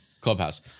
Clubhouse